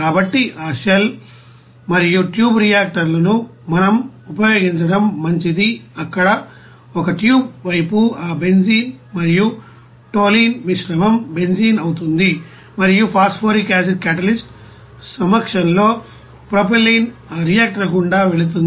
కాబట్టి ఆ షెల్ మరియు ట్యూబ్ రియాక్టర్లను అక్కడ ఉపయోగించడం మంచిది అక్కడ ఒక ట్యూబ్ వైపు ఆ బెంజీన్ మరియు టోలుయెన్ మిశ్రమం బెంజీన్ అవుతుంది మరియు ఫాస్పోరిక్ యాసిడ్ క్యాటలిస్ట్ సమక్షంలో ప్రొపైలిన్ ఆ రియాక్టర్ గుండా వెళుతుంది